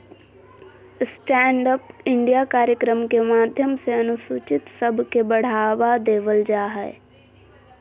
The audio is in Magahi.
स्टैण्ड अप इंडिया कार्यक्रम के माध्यम से अनुसूचित सब के बढ़ावा देवल जा हय